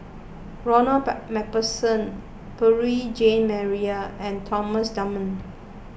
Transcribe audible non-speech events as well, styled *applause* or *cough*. Ronald *unintelligible* MacPherson Beurel Jean Marie and Thomas Dunman